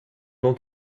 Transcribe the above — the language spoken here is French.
nom